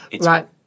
Right